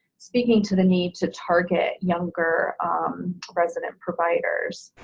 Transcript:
speaking to the need to target younger resident providers.